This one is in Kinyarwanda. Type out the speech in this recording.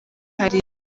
hari